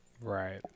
Right